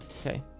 okay